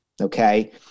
Okay